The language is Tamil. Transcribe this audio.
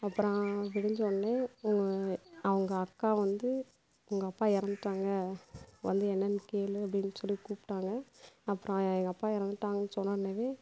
அப்புறம் விடிஞ்சோனே உங்கள் அவங்க அக்கா வந்து உங்க அப்பா இறந்துட்டாங்க வந்து என்னென்னு கேள் அப்படின்னு சொல்லி கூப்பிட்டாங்க அப்புறம் எங்கள் அப்பா இறந்துட்டாங்கன்னு சொன்னோன்னவே